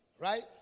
Right